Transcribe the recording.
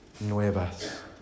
nuevas